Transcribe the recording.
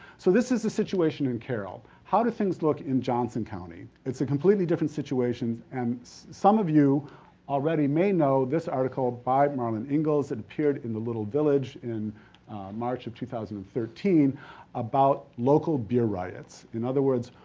so, this is the situation in carroll. how do things look in johnson county? it's completely different situation and some you already may know this article by marlin ingalls. it appeared in the little village in march of two thousand and thirteen about local beer riots. in other words,